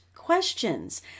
Questions